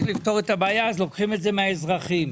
לפתור את הבעיה אז לוקחים את זה מהאזרחים.